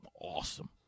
awesome